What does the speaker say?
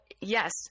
yes